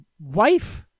Wife